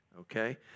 okay